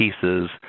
pieces